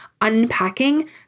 unpacking